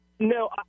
No